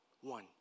One